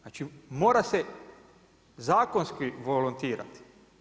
Znači mora se zakonski volontirati.